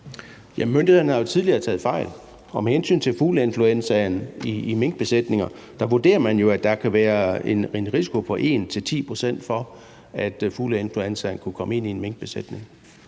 Myndighederne har jo tidligere taget fejl. Og med hensyn til fugleinfluenzaen i minkbesætninger vurderer man jo, at der kan være en risiko på 1-10 pct. for, at fugleinfluenzaen kommer ind i en minkbesætning.